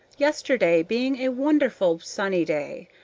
yesterday being a wonderful sunny day,